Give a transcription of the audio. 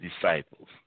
disciples